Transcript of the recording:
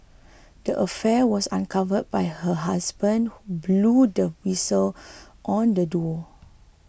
the affair was uncovered by her husband blew the whistle on the duo